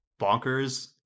bonkers